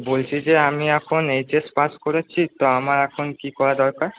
বলছি যে আমি এখন এইচএস পাশ করেছি তো আমার এখন কী করা দরকার